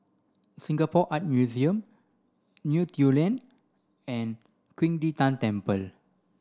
Singapore Art Museum Neo Tiew Lane and Qing De Tang Temple